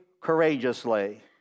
courageously